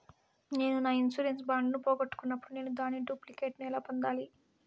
నేను నా insurance bond ను పోగొట్టుకున్నప్పుడు నేను దాని డూప్లికేట్ ను ఎలా పొందాలి?